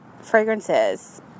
fragrances